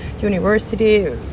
university